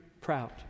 proud